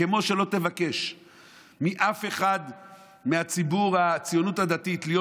כמו שלא תבקש מאף אחד מציבור הציונות הדתית להיות